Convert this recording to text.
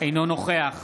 אינו נוכח